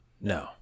No